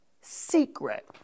Secret